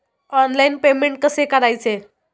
Online payment कसे करायचे?